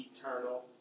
eternal